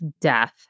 death